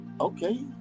Okay